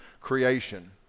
creation